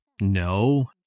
No